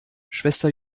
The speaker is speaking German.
schwester